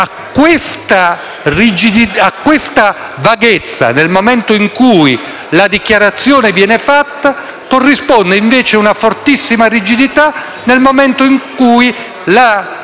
a questa vaghezza del momento in cui la dichiarazione viene fatta corrisponde, invece, una fortissima rigidità nel momento in cui la dichiarazione